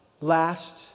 last